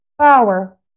power